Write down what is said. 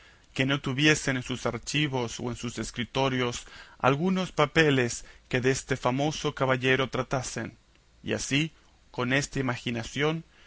que no tuviesen en sus archivos o en sus escritorios algunos papeles que deste famoso caballero tratasen y así con esta imaginación